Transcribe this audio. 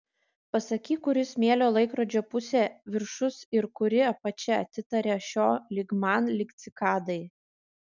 pasakyk kuri smėlio laikrodžio pusė viršus ir kuri apačia atitaria šio lyg man lyg cikadai